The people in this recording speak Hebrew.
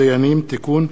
הצעת חוק הדיינים (תיקון,